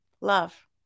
Love